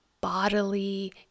bodily